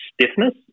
stiffness